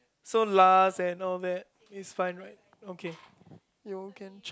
so lah and all that it's fine right okay you can check